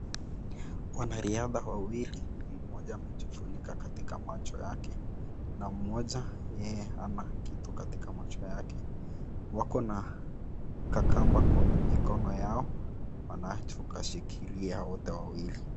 Wanariadha wawili, mmoja amejifunika katika macho yake na mmoja yeye hana kitu katika macho yake wako na kakamba kwa mikono yao wanachoshikilia wote wawili.